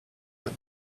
that